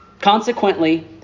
Consequently